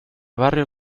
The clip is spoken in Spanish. barrio